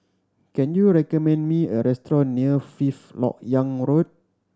can you recommend me a restaurant near Fifth Lok Yang Road